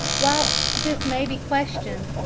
whilst this may be questioned,